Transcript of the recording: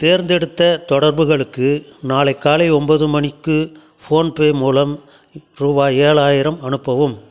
தேர்ந்தெடுத்த தொடர்புகளுக்கு நாளை காலை ஒன்பது மணிக்கு ஃபோன்பே மூலம் ரூபாய் ஏழாயிரம் அனுப்பவும்